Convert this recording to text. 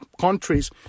countries